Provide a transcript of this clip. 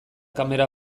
kamera